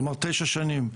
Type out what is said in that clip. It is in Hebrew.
כלומר תשע שנים,